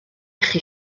chi